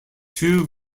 two